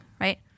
right